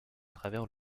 travers